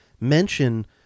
mention